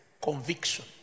Conviction